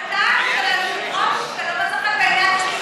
דעתם נשמעה.